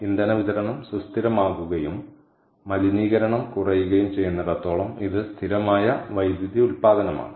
ഇന്ധന വിതരണം സുസ്ഥിരമാകുകയും മലിനീകരണം കുറയുകയും ചെയ്യുന്നിടത്തോളം ഇത് സ്ഥിരമായ വൈദ്യുതി ഉൽപാദനമാണ്